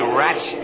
rats